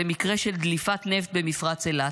במקרה של דליפת נפט במפרץ אילת?